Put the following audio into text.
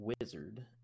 wizard